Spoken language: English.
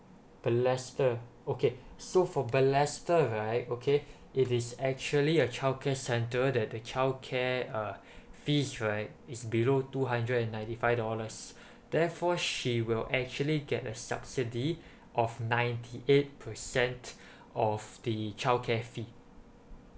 balestier okay so for balestier right okay it is actually a childcare center that the childcare uh fee right it's below two hundred and ninety five dollars therefore she will actually get a subsidy of ninety eight percent of the childcare fee